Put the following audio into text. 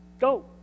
Go